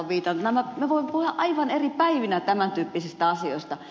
minä voin puhua aivan eri päivinä tämän tyyppisistä asioista